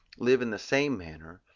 live in the same manner,